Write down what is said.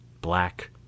black